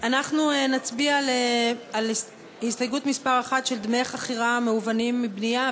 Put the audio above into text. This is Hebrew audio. אנחנו נצביע על הסתייגות מס' 1 של דמי חכירה מהוונים מבנייה,